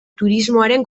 turismoaren